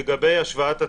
לגבי השוואת התנאים.